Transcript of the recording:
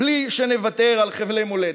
בלי שנוותר על חבלי מולדת,